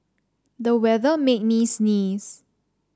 the weather made me sneeze